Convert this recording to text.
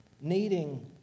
Needing